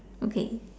okay